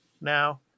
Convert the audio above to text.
now